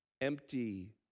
empty